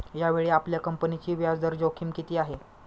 यावेळी आपल्या कंपनीची व्याजदर जोखीम किती आहे?